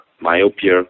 myopia